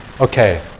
Okay